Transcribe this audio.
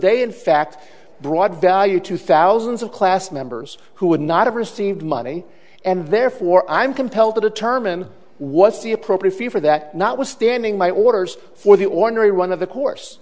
they in fact brought value to thousands of class members who would not have received money and therefore i'm compelled to determine what's the appropriate fee for that not withstanding my orders for the ordinary run of the course